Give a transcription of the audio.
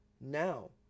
Now